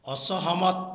ଅସହମତ